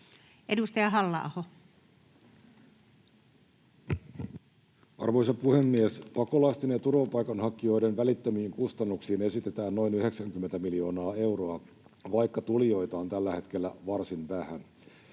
10:50 Content: Arvoisa puhemies! Pakolaisten ja turvapaikanhakijoiden välittömiin kustannuksiin esitetään noin 90 miljoonaa euroa, vaikka tulijoita on tällä hetkellä varsin vähän.